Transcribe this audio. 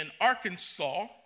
Arkansas